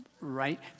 Right